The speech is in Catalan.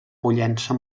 pollença